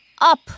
up